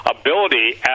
ability